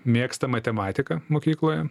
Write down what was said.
mėgsta matematiką mokykloje